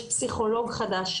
יש פסיכולוג חדש,